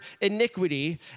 iniquity